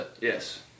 Yes